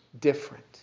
different